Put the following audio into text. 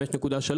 5.3,